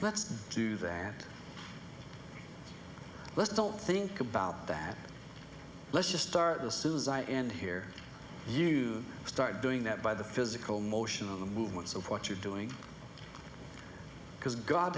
let's do that let's don't think about that let's just start as soon as i end here you start doing that by the physical motion of the movements of what you're doing because god